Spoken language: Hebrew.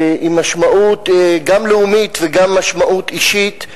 עם משמעות, גם לאומית וגם עם משמעות אישית.